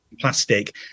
plastic